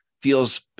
feels